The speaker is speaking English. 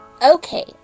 Okay